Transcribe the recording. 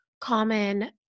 common